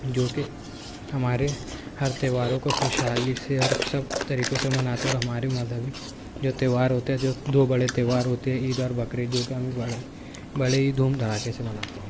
جو کہ ہمارے ہر تیوہاروں کو خوشحالی سے اور سب طریقوں سے مناتے ہیں اور ہماری مذہبی جو تیوہار ہوتے ہیں جو دو بڑے تیوہار ہوتے ہیں عید اور بقرعید جو کہ ہمیں بڑا ہی بڑے ہی دھوم دھڑاکے سے مناتے ہیں